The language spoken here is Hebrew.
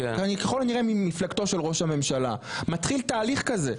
וככל הנראה ממפלגתו של ראש הממשלה מתחיל תהליך כזה,